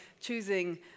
choosing